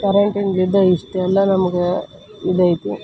ಕರೆಂಟಿಂದು ಇದು ಇಷ್ಟೆಲ್ಲ ನಮಗೆ ಇದೈತಿ